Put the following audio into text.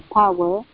power